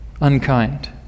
Unkind